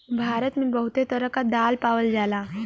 भारत मे बहुते तरह क दाल पावल जाला